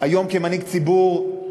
היום כמנהיג ציבור,